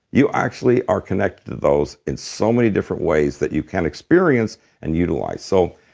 you actually are connected to those in so many different ways that you can experience and utilize. so